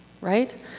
Right